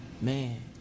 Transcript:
man